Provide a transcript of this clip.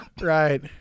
Right